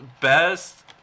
best